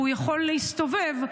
הוא יכול להסתובב.